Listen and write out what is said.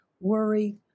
Worry